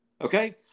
Okay